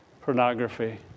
pornography